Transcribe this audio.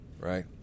Right